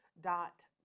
dot